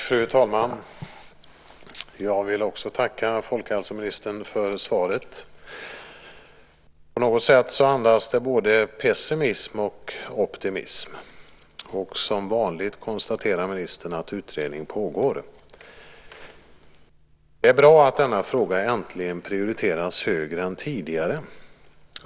Fru talman! Jag vill också tacka folkhälsoministern för svaret. På något sätt andas det både pessimism och optimism. Och som vanligt konstaterar ministern att utredning pågår. Det är bra att denna fråga äntligen prioriteras högre än tidigare.